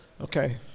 Okay